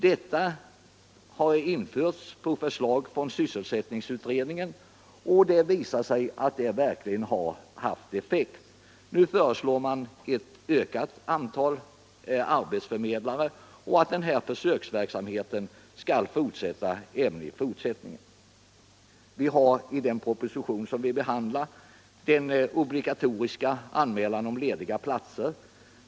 Detta har införts på förslag från sysselsättningsutredningen och har verkligen haft effekt. Nu föreslår man ett ökat antal arbetsförmedlare och att denna försöksverksamhet skall pågå även i fortsättningen. I den proposition som vi nu behandlar föreslås obligatorisk anmälan om lediga platser.